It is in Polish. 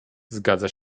zgadza